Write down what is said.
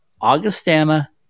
Augustana